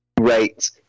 Right